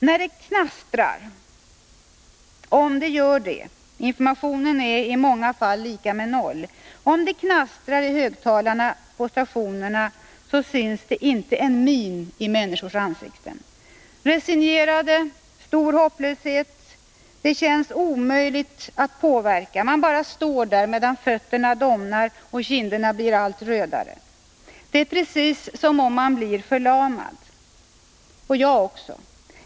När det knastrar, om det gör det — informationen är i många fall lika med noll — i högtalarna på stationerna så syns inte en min i människornas ansikten. Människorna är resignerade och känner stor hopplöshet. Det känns omöjligt att påverka. Man bara står där medan fötterna domnar och kinderna blir allt rödare. Det är precis som om man blir förlamad. Så är det med mig också.